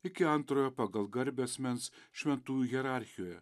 iki antrojo pagal garbę asmens šventųjų hierarchijoje